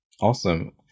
Awesome